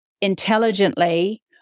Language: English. intelligently